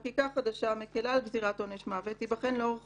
חקיקה חדשה המקילה על גזירת עונש מוות תיבחן לאורך